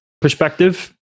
perspective